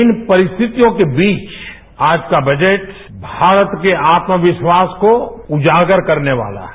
इन परिस्थितियों के बीच आज का बजट मारत के आत्वविश्वास को उजागर करने वाला है